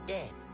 Dead